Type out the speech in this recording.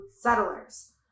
settlers